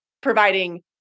providing